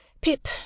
Pip